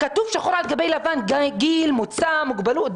כתוב שחרו על גבי לבן, גיל, מוצא, מוגבלות.